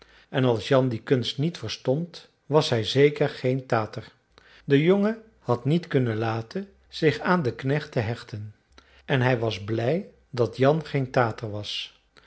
en als jan die kunst niet verstond was hij zeker geen tater de jongen had niet kunnen laten zich aan den knecht te hechten en hij was blij dat jan geen tater was